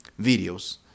videos